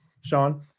Sean